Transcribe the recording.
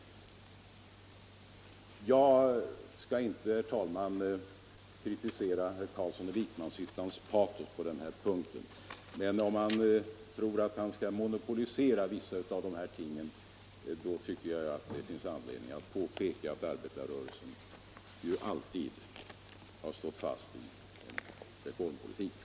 Jag skall inte, herr talman, kritisera herr Carlssons patos på den här = Sänkning av den punkten. Men om herr Carlsson tror att han kan monopolisera vissa — allmänna pensionsav dessa ting tycker jag det finns anledning påpeka att arbetarrörelsen = åldern, m.m. alltid varit pådrivare då det gällt reformpolitiken.